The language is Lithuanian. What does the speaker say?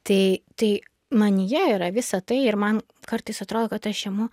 tai tai manyje yra visa tai ir man kartais atrodo kad aš imu